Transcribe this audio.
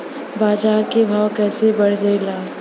बाजार के भाव कैसे बढ़े ला?